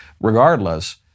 regardless